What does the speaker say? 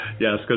Yes